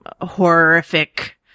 horrific